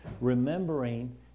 Remembering